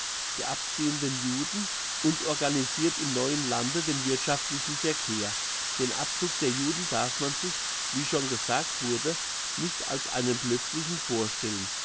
der abziehenden juden und organisirt im neuen lande den wirthschaftlichen verkehr den abzug der juden darf man sich wie schon gesagt wurde nicht als einen plötzlichen vorstellen